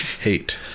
hate